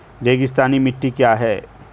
रेगिस्तानी मिट्टी क्या है?